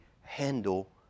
handle